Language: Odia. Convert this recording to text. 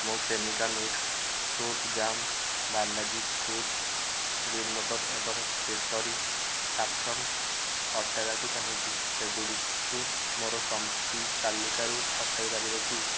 ମୁଁ Cremica mix fruit jam Balaji fruits green ମଟର ଏବଂ କେସରୀ ସାଫ୍ରନ୍ ହଟାଇବାକୁ ଚାହୁଁଛି ସେଗୁଡ଼ିକୁ ମୋର ସପିଂ ତାଲିକାରୁ ହଟାଇ ପାରିବ କି